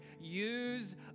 use